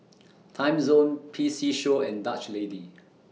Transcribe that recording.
Timezone P C Show and Dutch Lady